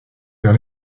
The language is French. vers